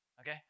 okay